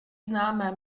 známé